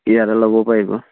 ইয়াতে ল'ব পাৰিব